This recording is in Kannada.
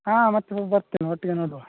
ಹಾಂ ಮತ್ತೆ ಬರ್ತೇನೆ ಒಟ್ಟಿಗೆ ನೋಡುವ